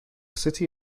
city